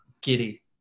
giddy